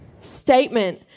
statement